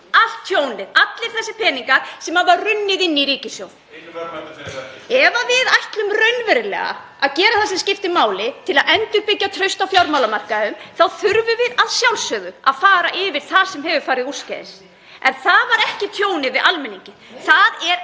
allt tjónið, allir þessir peningar sem hafa runnið inn í ríkissjóð. (Gripið fram í.) Ef við ætlum raunverulega að gera það sem skiptir máli til að endurbyggja traust á fjármálamarkaðnum þá þurfum við að sjálfsögðu að fara yfir það sem hefur farið úrskeiðis. En það var ekki tjón almennings, það er brot